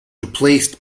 replaced